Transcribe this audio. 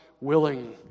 willing